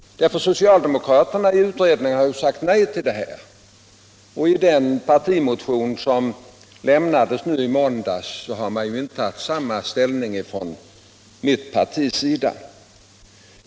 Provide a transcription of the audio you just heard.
Socialdemokraterna i utredningen har ju sagt nej till det. Och i den partimotion som lämnades i måndags har vårt parti intagit samma ställning.